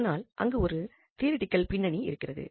ஆனால் அங்கு ஒரு தியரெட்டிகல் பின்னணி இருக்கிறது